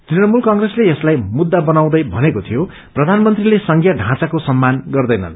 तृणमूल कंप्रेसले यसलाई मुझ बनाउँदै भनेको थियो प्रधानमन्त्रीले संघीय ढौँचाको सम्मान गर्दैनन्